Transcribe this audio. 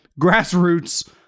Grassroots